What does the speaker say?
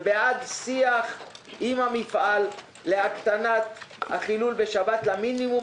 בעד שיח עם המפעל להקטנת חילול השבת למינימום